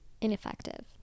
ineffective